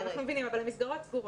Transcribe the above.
אנחנו מבינים, אבל המסגרות סגורות.